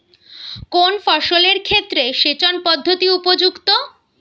কোন ফসলের ক্ষেত্রে সেচন পদ্ধতি উপযুক্ত?